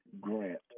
Grant